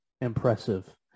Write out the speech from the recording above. impressive